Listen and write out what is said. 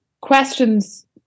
questions